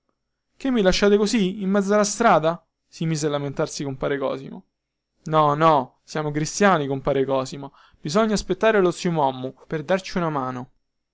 che mi lasciate così in mezzo alla strada si mise a lamentarsi compare cosimo no no siamo cristiani compare cosimo bisogna aspettare lo zio mommu per darci una mano